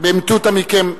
במטותא מכם,